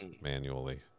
manually